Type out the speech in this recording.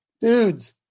dudes